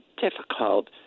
difficult